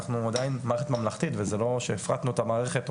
אנחנו עדיין מערכת ממלכתית וזה לא שהפרטנו את המערכת,